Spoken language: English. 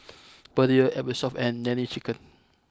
Perrier Eversoft and Nene Chicken